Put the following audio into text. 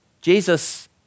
Jesus